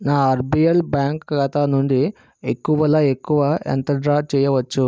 నా RBL bank ఖాతా నుండి ఎక్కువల ఎక్కువ ఎంత డ్రా చేయవచ్చు